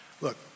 Look